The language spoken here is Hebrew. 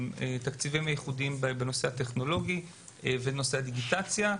תקציבים ייחודיים בנושא הטכנולוגי ונושא הדיגיטציה.